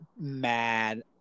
mad